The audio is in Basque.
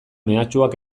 mehatxuak